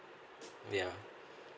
yeah